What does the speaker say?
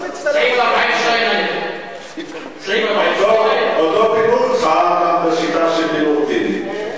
סעיף 42א. עוד לא פינו אותך בשיטה שפינו אותי.